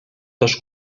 dos